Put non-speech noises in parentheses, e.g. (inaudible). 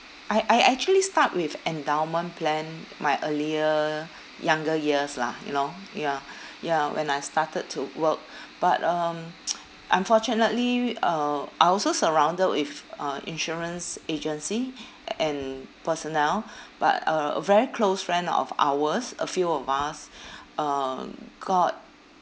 I I actually start with endowment plan my earlier younger years lah you know ya ya when I started to work but um (noise) unfortunately uh I also surrounded with uh insurance agency uh and personnel but uh a very close friend of ours a few of us uh got